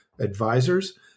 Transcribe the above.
advisors